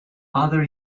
other